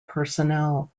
personnel